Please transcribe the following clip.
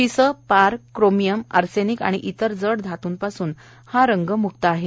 शिसे पार chromium arsenic आणि इतर जड धातूपासून हा रंगमुक्त आहे